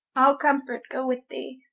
all comfort goe with thee,